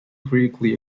critically